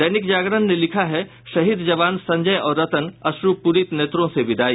दैनिक जागरण ने लिखा है शहीद जवान संजय और रतन अश्नुपूरित नेत्रों से विदाई